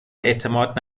اعتماد